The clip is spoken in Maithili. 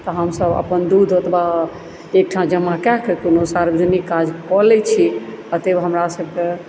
तऽ हमसभ अपन दूध ओतबा एकठाम जमा कय कऽ कोनो सार्वजनिक काज कऽ लै छी अतएव हमरा सभक